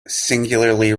singularly